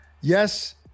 Yes